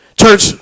Church